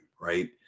right